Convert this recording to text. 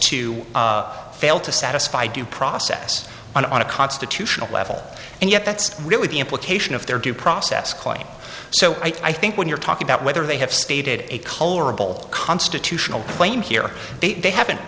to fail to satisfy due process on a constitutional level and yet that's really the implication of their due process claim so i think when you're talking about whether they have stated a colorable constitutional claim here they haven't